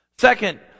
Second